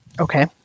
Okay